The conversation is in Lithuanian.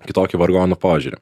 kitokį vargonų požiūrį